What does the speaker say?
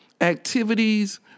activities